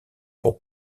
pour